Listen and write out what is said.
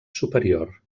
superior